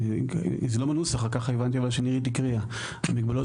זה לא בנוסח אבל כך הבנתי כשנירית הקריאה כי מגבלות